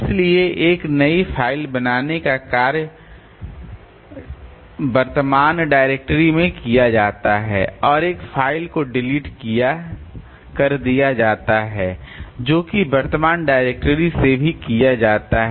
इसलिए एक नई फ़ाइल बनाने का कार्य वर्तमान डायरेक्टरी में किया जाता है और एक फ़ाइल को डिलीट कर दिया जाता है जोकि वर्तमान डायरेक्टरी से भी किया जाता है